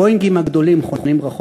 ה"בואינגים" הגדולים חונים רחוק,